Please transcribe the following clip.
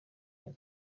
iyo